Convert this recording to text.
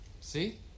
See